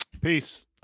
Peace